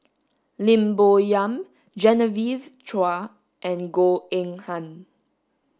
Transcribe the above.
Lim Bo Yam Genevieve Chua and Goh Eng Han